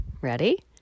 ready